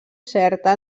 certa